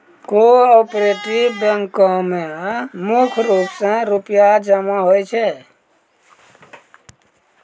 cooperative बैंको म मुख्य रूप से रूपया जमा होय छै